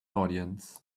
audience